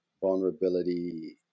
Vulnerability